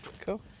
Cool